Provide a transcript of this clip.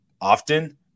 often